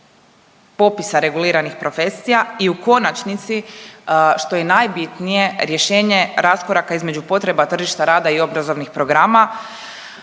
popisa reguliranih profesija i u konačnici što je i najbitnije rješenje raskoraka između potreba tržišta rada i obrazovnih programa,